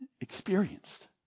experienced